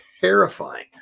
terrifying